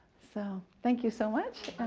so thank you so much.